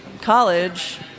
college